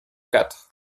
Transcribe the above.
quatre